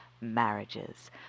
marriages